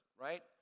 right